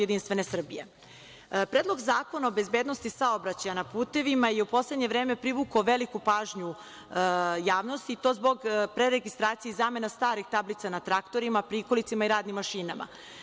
Predlog zakona o bezbednosti saobraćaja na putevima je u poslednje vreme privukao veliku pažnju javnosti i to zbog preregistracije i zamene starih tablica na traktorima, prikolicama i radnim mašinama.